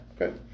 Okay